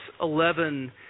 11